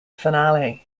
finale